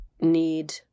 need